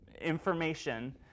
information